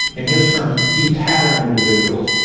in his terms, de-pattern individuals,